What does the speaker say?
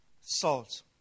salt